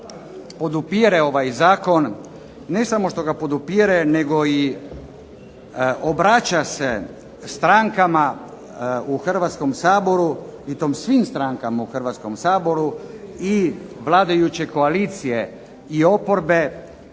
podupire ovaj Zakon, ne samo da ga podupire nego i obraća se strankama u Hrvatskom saboru i to svim strankama u Hrvatskom saboru i vladajuće koalicije i oporbe